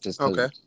Okay